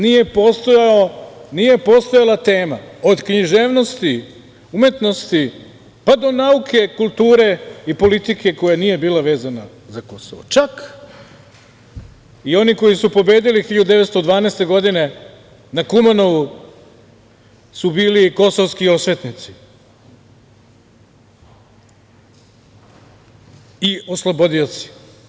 Nije postojala tema, od književnosti, umetnosti, pa do nauke, kulture i politike koja nije bila vezana za Kosovo, čak i oni koji su pobedili 1912. godine na Kumanovu su bili kosovski osvetnici i oslobodioci.